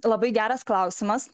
labai geras klausimas